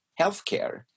healthcare